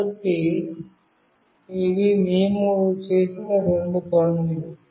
కాబట్టి ఇవి మేము చేసిన రెండు పనులు